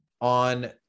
on